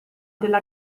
della